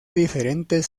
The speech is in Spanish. diferentes